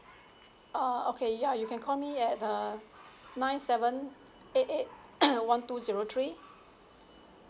err okay ya you can call me at uh nine seven eight eight one two zero three